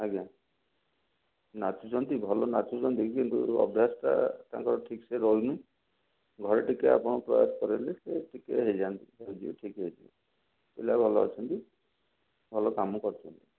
ଆଜ୍ଞା ନାଚୁଛନ୍ତି ଭଲ ନାଚୁଛନ୍ତି କିନ୍ତୁ ଅଭ୍ୟାସଟା ତାଙ୍କର ଠିକ୍ ସେ ରହୁନି ଘରେ ଟିକିଏ ଆପଣ ପ୍ରୟାସ କରାଇଲେ ସେ ଟିକିଏ ହେଇଯାଆନ୍ତି ସିଏ ନିଜେ ଠିକ୍ ହେଇଯିବେ ପିଲା ଭଲ ଅଛନ୍ତି ଭଲ କାମ କରୁଛନ୍ତି